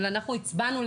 אנחנו הצבענו,